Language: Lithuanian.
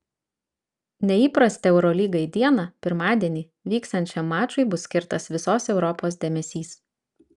neįprastą eurolygai dieną pirmadienį vyksiančiam mačui bus skirtas visos europos dėmesys